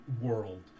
world